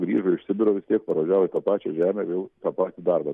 grįžo iš sibiro vis tiek paragauji tą pačią žemę vėl tą patį darbą gali